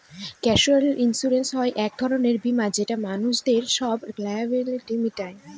casualty insurance হয় এক ধরনের বীমা যেটা মানুষদের সব লায়াবিলিটি মিটায়